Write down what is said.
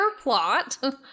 plot